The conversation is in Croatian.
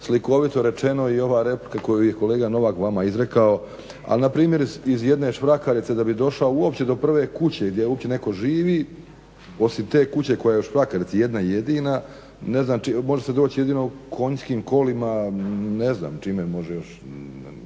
slikovito rečeno i ova replika koju je i kolega Novak vama izrekao, a npr. iz jedne Švrakarice da bi došao uopće do prve kuće gdje uopće netko živi osim te kuće koja je u Švrakarici jedna jedina može se doći jedino konjskim kolima, ne znam čime može još,